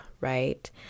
right